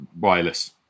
wireless